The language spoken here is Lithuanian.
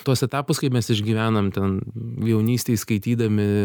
tuos etapus kai mes išgyvenam ten jaunystėj skaitydami